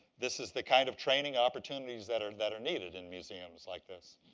this is the kind of training opportunities that are that are needed in museums like this.